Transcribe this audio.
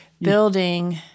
building